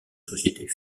sociétés